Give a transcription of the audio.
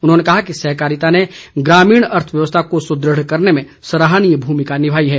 उन्होंने कहा कि सहकारिता ने ग्रामीण अर्थव्यवस्था को सुदृढ़ करने में सराहनीय भूमिका निभाई है